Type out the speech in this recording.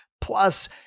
Plus